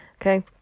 okay